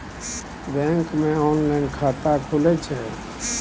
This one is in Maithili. बैंक मे ऑनलाइन खाता खुले छै?